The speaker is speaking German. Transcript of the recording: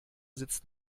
sitzt